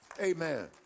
Amen